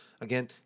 again